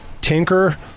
tinker